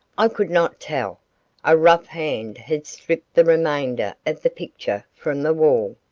i could not tell a rough hand had stripped the remainder of the picture from the wall.